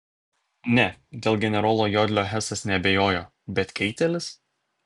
ne dėl generolo jodlio hesas neabejojo bet keitelis